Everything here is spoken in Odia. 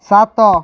ସାତ